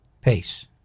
Pace